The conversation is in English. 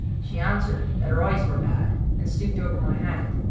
she answered that her eyes were bad, and stooped over my hand.